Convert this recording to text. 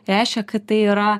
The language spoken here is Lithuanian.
reiškia kad tai yra